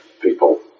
people